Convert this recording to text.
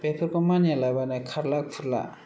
बेफोरखौ मानियालाबानो खारला खुरला